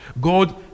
God